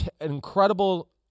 incredible –